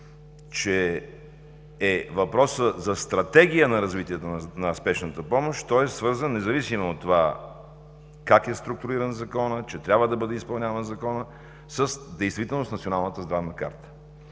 е въпросът за Стратегията за развитието на спешната помощ. Той е свързан, независимо от това как е структуриран Законът, и трябва да бъде изпълняван с Националната здравна карта.